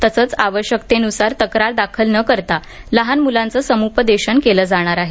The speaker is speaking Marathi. तसंच आवश्यकतेनुसार तक्रार दाखल न करता लहान मुलांच समुपदेशन केलं जाणार आहे